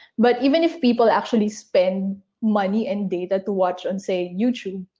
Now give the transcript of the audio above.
but even if people actually spend money and data to watch, on say, youtube,